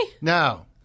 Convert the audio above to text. No